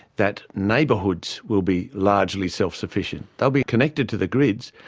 that neighbourhoods will be largely self-sufficient. they will be connected to the grids,